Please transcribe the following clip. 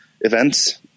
events